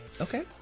Okay